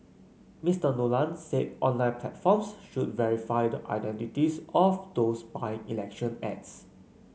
Mister Nolan said online platforms should verify the identities of those buying election ads